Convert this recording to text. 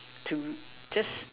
to just